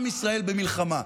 עם ישראל במלחמה.